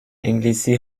انگلیسی